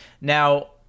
Now